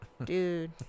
Dude